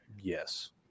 yes